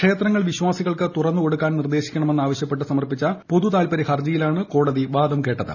ക്ഷേത്രങ്ങൾ വിശ്വാസികൾക്ക് തുറന്നുകൊടുക്കാൻ നിർദ്ദേശിക്കണമെന്ന് ആവശ്യപ്പെട്ട് സമർപ്പിച്ച പൊതുതാൽപ്പര്യ ഹർജിയിലാണ് കോടതി വാദം കേട്ടത്